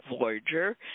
voyager